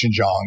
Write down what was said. Xinjiang